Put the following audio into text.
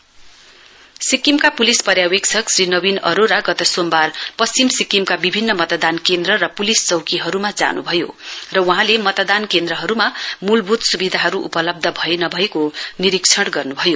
election west सिक्किमका police पर्यावेक्षख श्री नवीन अरोरा गत सोमबार पश्चिम सिक्किमका विभिन्न मतदान केन्द्र र पुलिस चौकीहरूमा जानु भयो र वहाँले मतदान केन्द्रहरूमा मूलभूत सुविधाहरू उपलब्ध भए नभेको निरीक्षण गर्न् भयो